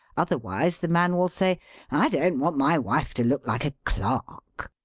otherwise the man will say i don't want my wife to look like a clerk.